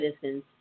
citizens